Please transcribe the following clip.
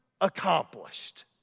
accomplished